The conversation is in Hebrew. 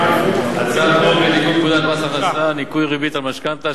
הצעת חוק לתיקון פקודת מס הכנסה (ניכוי ריבית על משכנתה),